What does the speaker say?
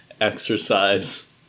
exercise